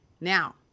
Now